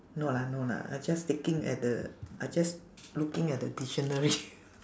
no lah no lah I just taking at the I just looking at the dictionary